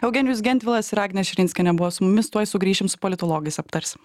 eugenijus gentvilas ir agnė širinskienė buvo su mumis tuoj sugrįšim su politologais aptarsim